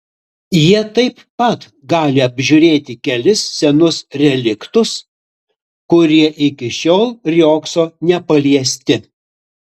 jie taip pat gali apžiūrėti kelis senus reliktus kurie iki šiol riogso nepaliesti